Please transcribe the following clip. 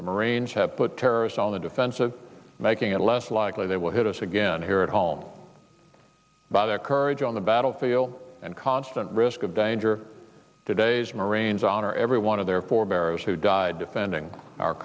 them arrange have put terrorists on the defensive making it less likely they will hit us again here at home by their courage on the battlefield and constant risk of danger today's marines honor every one of their forbearers who died defending our